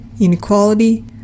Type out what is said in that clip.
inequality